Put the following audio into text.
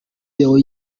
deo